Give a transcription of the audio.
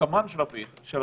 כקמ"ן של הוועדה,